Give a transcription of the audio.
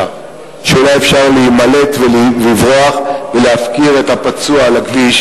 שאולי אפשר להימלט ולברוח ולהפקיר את הפצוע על הכביש,